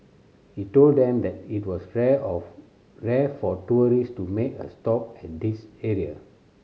he told them that it was rare of rare for tourist to make a stop at this area